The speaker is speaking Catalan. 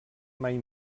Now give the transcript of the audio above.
mai